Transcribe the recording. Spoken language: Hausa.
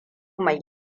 mai